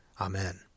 Amen